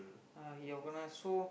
uh you gonna show